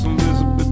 Elizabeth